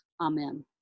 Amen